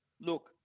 Look